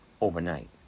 overnight